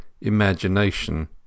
imagination